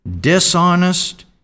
dishonest